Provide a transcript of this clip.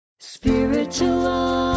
Spiritual